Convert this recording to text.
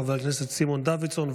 חבר הכנסת סימון דוידסון,